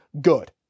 good